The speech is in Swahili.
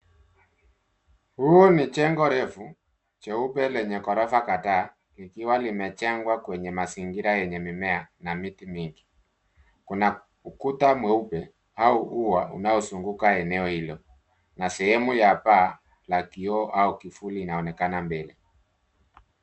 Huu ni jengo refu, jeupe lenye ghorofa kadhaa, likiwa limejengwa kwenye mazingira yenye mimea, na miti mingi. Kuna ukuta mweupe, au ua unaozunguka eneo hilo, na sehemu ya paa, la kioo au kivuli inaonekana mbele.